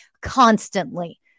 constantly